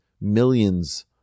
millions